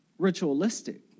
Ritualistic